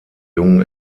jungen